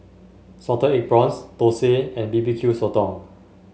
Salted Egg Prawns Thosai and B B Q Sotong